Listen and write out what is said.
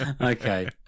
Okay